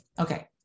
Okay